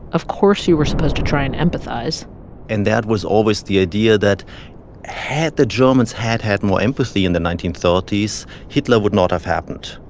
of course, you were supposed to try and empathize and that was always the idea that had the germans had had more empathy in the nineteen thirty s, hitler would not have happened.